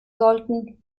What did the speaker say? sollten